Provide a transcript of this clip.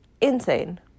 insane